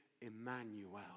Emmanuel